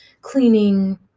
cleaning